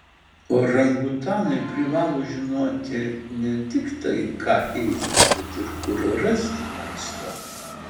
orangutanai privalo žinoti ne tik tai ką ėsti bet ir kur rasti maisto